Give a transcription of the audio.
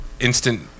instant